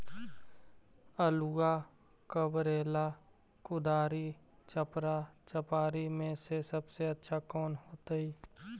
आलुआ कबारेला कुदारी, चपरा, चपारी में से सबसे अच्छा कौन होतई?